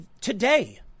today